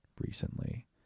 recently